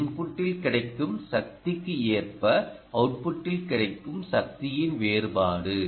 இது இன்புட்டில் கிடைக்கும் சக்திக்கு ஏற்ப அவுட்பட்டில் கிடைக்கும் சக்தியையின் வேறுபாடு